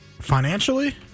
Financially